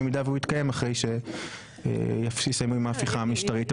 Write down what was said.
במידה והוא יתקיים אחרי שיבסיסו עם ההפיכה המשטרית.